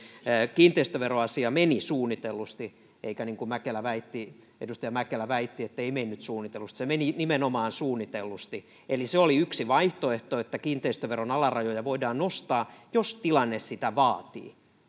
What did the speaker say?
kiinteistöveroasia meni suunnitellusti eikä niin kuin edustaja mäkelä väitti ettei mennyt suunnitellusti se meni nimenomaan suunnitellusti eli se oli yksi vaihtoehto että kiinteistöveron alarajoja voidaan nostaa jos tilanne sitä vaatii